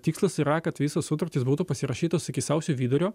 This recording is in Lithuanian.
tikslas yra kad visos sutartys būtų pasirašytos iki sausio vidurio